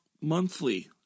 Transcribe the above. monthly